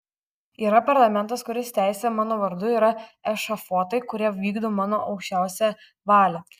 yra parlamentas kuris teisia mano vardu yra ešafotai kurie vykdo mano aukščiausią valią